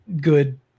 good